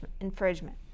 infringement